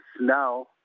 now